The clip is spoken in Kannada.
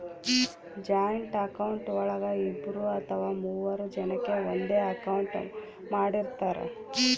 ಜಾಯಿಂಟ್ ಅಕೌಂಟ್ ಒಳಗ ಇಬ್ರು ಅಥವಾ ಮೂರು ಜನಕೆ ಒಂದೇ ಅಕೌಂಟ್ ಮಾಡಿರ್ತರಾ